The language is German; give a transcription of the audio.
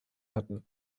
hatten